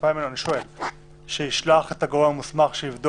מצפה ממנו שישלח את הגורם המוסמך שיבדוק,